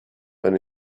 when